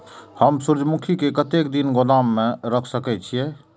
हम सूर्यमुखी के कतेक दिन गोदाम में रख सके छिए?